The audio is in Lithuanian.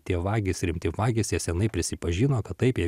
tie vagys rimti vagys jie seniai prisipažino kad taip jie